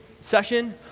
session